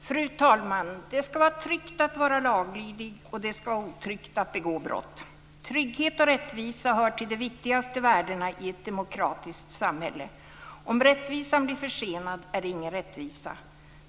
Fru talman! Det ska vara tryggt att vara laglydig, och det ska vara otryggt att begå brott. Trygghet och rättvisa hör till de viktigaste värdena i ett demokratiskt samhälle. Om rättvisan blir försenad, är det ingen rättvisa.